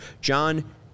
John